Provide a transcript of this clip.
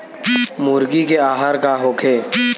मुर्गी के आहार का होखे?